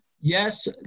Yes